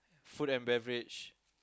food and beverage